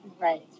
Right